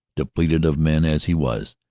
depleted of men as he was,